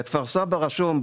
בכפר סבא רשום,